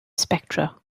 spectra